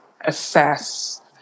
assess